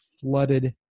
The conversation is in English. flooded